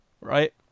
right